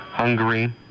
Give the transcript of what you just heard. Hungary